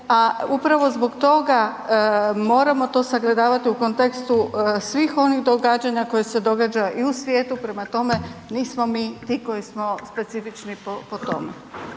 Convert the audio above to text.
a upravo zbog toga moramo to sagledavati u kontekstu svih onih događanja koje se događa i u svijetu prema tome nismo mi ti koji smo specifični po tome.